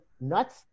nuts